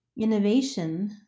innovation